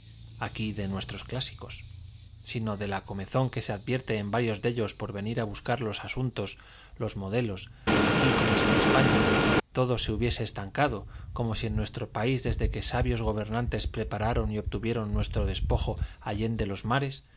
atrevidos de aun afluí nuestros clásicos sin de la comezón que se advierte en variós de ellos por venir l buscar los asuntos los mode los aquí como si en españa todo se hubiese estancado como si en nuestro país desde que sabios gobernantes prepararon y obtuvieron nuestro despojo allende los ma